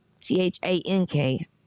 T-H-A-N-K